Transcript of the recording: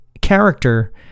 character